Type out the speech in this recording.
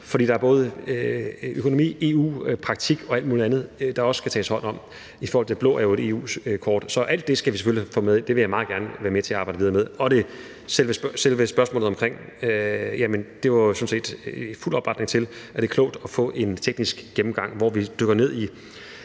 fordi der både er en økonomi, en EU-praksis og alt muligt andet, der skal tages hånd om, i forhold til at det blå kort jo er et EU-kort. Så alt det skal vi selvfølgelig få med ind, og det vil jeg meget gerne være med til at arbejde videre med. Med hensyn til selve spørgsmålet var der jo sådan set fuld opbakning til, at det er klogt at få en teknisk gennemgang, hvor vi dykker ned i